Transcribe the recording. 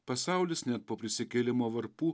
pasaulis net po prisikėlimo varpų